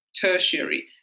tertiary